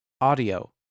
audio